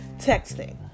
texting